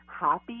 happy